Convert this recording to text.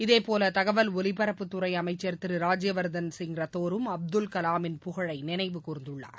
இதே போல தகவல் ஒலிபரப்புத் துறை அமைச்சர் திரு ராஜ்ய வர்தன் ரத்தோரும் அப்துல் கலாமின் புகழை நினைவு கூர்ந்துள்ளார்